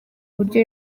uburyo